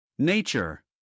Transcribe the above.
Nature